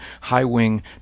high-wing